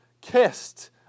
kissed